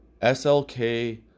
SLK